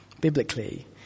biblically